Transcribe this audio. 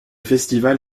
festival